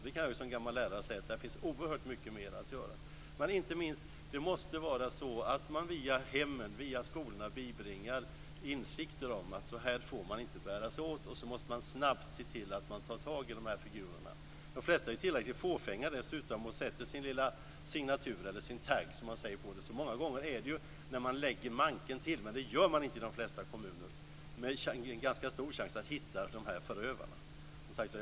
Jag kan som gammal lärare säga att det finns oerhört mycket mera att göra där. Det måste vara så att vi via hemmen och via skolorna bibringar insikten om att ingen får bära sig åt på detta vis. Så måste man snabbt se till att man tar tag i dessa figurer. De flesta är tillräckligt fåfänga för att sätta dit sin lilla signatur - eller tag, som man säger. Många gånger har man en ganska stor chans att hitta förövarna om man lägger manken till, men det gör man inte i de flesta kommuner.